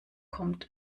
kommt